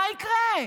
מה יקרה?